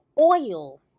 oil